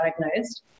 diagnosed